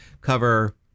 cover